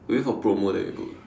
we wait for promo then we book